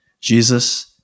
Jesus